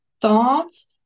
thoughts